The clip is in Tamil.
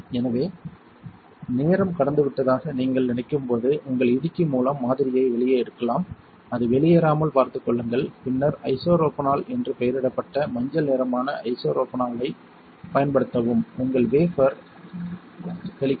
எனவே நேரம் கடந்துவிட்டதாக நீங்கள் நினைக்கும் போது உங்கள் இடுக்கி மூலம் மாதிரியை வெளியே எடுக்கலாம் அது வெளியேறாமல் பார்த்துக் கொள்ளுங்கள் பின்னர் ஐசோப்ரோபனோல் என்று பெயரிடப்பட்ட மஞ்சள் நிறமான ஐசோப்ரோபனோலைப் பயன்படுத்தவும் உங்கள் வேபர் ஐ தெளிக்கவும்